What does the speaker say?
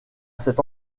cet